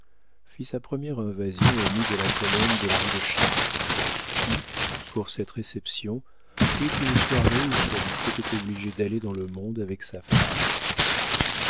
fit sa première invasion au nid de la colombe de la rue de chartres qui pour cette réception prit une soirée où calyste était obligé d'aller dans le monde avec sa femme